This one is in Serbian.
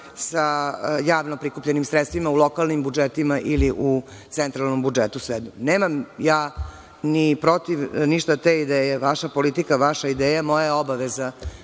sa javno prikupljenim sredstvima u lokalnim budžetima ili u centralnom budžetu, svejedno. Nemam ja ništa protiv te ideje. Vaša politika, vaša ideja. Moja je obaveza